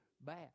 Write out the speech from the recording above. bad